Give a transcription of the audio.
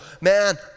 man